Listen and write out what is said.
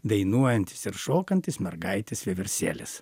dainuojantis ir šokantis mergaitės vieversėlis